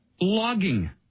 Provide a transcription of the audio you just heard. logging